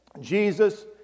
Jesus